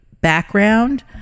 background